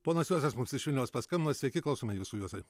ponas juozas mums iš vilniaus paskambino sveiki klausome jūsų juozai